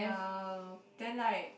ya then like